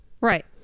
Right